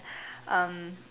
um